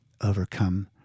overcome